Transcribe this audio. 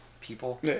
people